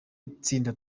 itsinda